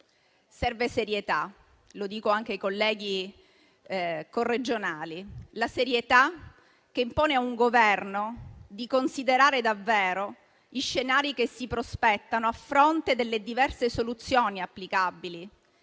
Serve serietà e lo dico anche ai colleghi corregionali: la serietà che impone a un Governo di considerare davvero gli scenari che si prospettano a fronte delle diverse soluzioni applicabili;